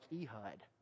Ehud